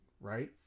right